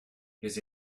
les